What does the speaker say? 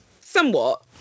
Somewhat